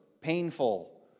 painful